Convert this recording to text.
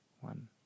one